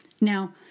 Now